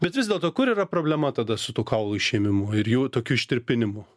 bet vis dėlto kur yra problema tada su tuo kaulų išėmimu ir jų tokiu ištirpinimu